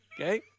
Okay